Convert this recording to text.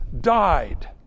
died